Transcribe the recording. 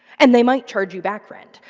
and they might charge you back rent,